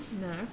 No